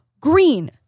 green